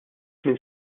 minn